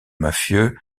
mafieux